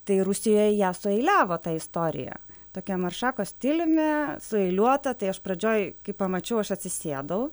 tai rusijoje ją sueiliavo tą istoriją tokia maršako stiliumi sueiliuota tai aš pradžioj kai pamačiau aš atsisėdau